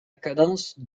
cadence